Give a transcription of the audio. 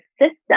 system